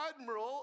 admiral